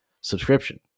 subscription